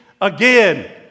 again